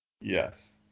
Yes